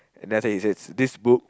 then after that he says this book